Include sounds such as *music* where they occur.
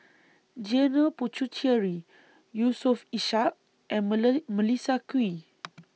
Janil Puthucheary Yusof Ishak and *unintelligible* Melissa Kwee *noise*